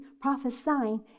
prophesying